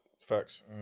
Facts